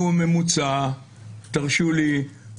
כן, אבל העלות הממוצעת זה כולל מה?